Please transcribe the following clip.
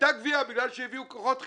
היתה גבייה בגלל שהביאו כוחות חיצוניים.